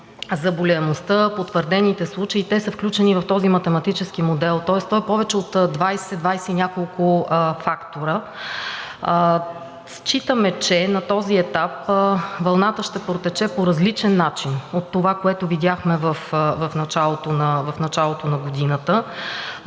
заболяемостта – потвърдените случаи, те са включени в този математически модел. Тоест той е повече от двадесет, двадесет и няколко фактора. Считаме, че на този етап вълната ще протече по различен начин от това, което видяхме в началото на годината.